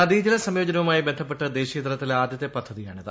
നദീജല സംയോജനവുമായി ബന്ധപ്പെട്ട് ദേശീയതലത്തിൽ ആദ്യത്തെ പദ്ധതിയാണിത്